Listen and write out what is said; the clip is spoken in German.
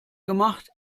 gemacht